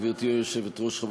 גברתי היושבת-ראש,